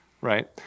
right